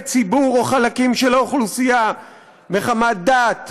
ציבור או חלקים של האוכלוסייה מחמת דת,